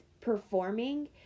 performing